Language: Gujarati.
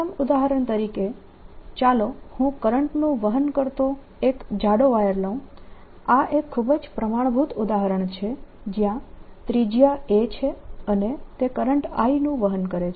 પ્રથમ ઉદાહરણ તરીકે ચાલો કરંટનું વહન કરતો એક જાડો વાયર લઈએ આ એક ખૂબ જ પ્રમાણભૂત ઉદાહરણ છે જયાં ત્રિજ્યા a છે અને તે કરંટ I નું વહન કરે છે